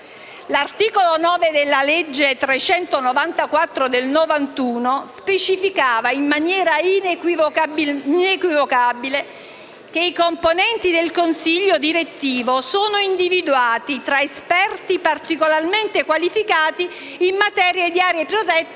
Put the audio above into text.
L'articolo 9 della legge n. 394 del 1991 specificava in maniera inequivocabile che i componenti del consiglio direttivo sono individuati tutti tra esperti particolarmente qualificati in materia di aree protette